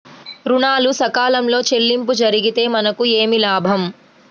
ఋణాలు సకాలంలో చెల్లింపు జరిగితే మనకు ఏమి లాభం?